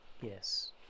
Yes